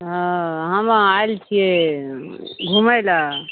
ओ हम आयल छियै घूमय लऽ